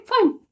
fine